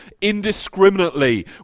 indiscriminately